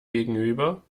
gegenüber